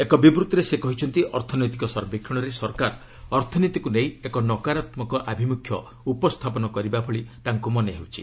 ଏକ ବିବୃଭିରେ ସେ କହିଛନ୍ତି ଅର୍ଥନୈତିକ ସର୍ବେକ୍ଷଣରେ ସରକାର ଅର୍ଥନୀତିକୁ ନେଇ ଏକ ନକାରାତ୍ମକ ଆଭିମୁଖ୍ୟ ଉପସ୍ଥାପନ କରିଥିବା ଭଳି ତାଙ୍କୁ ମନେ ହେଉଛି